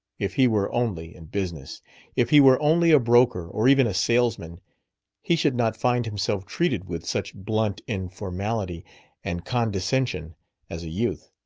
if he were only in business if he were only a broker or even a salesman he should not find himself treated with such blunt informality and condescension as a youth.